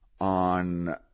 on